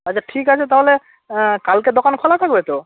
আচ্ছা ঠিক আছে তাহলে কালকে দোকান খোলা থাকবে তো